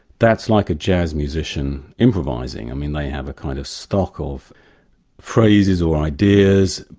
that's like a jazz musician improvising i mean they have a kind of stock of phrases or ideas,